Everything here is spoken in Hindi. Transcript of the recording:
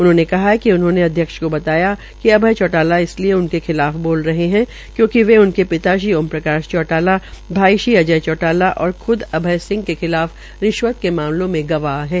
उन्होंने कहा है कि उन्होंने अध्यक्ष को बताया कि अभय चौटाला इसलिये उनके खिलाफ बोल रहे है क्यंकि वे उनके पिता ओम प्रकाश चोटाला भाई श्री अजय चोटाला और ख्द अभय सिंह के खिलाफ के मामों में गवाह है